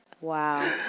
Wow